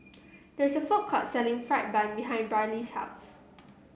there is a food court selling fried bun behind Brylee's house